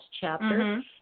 chapter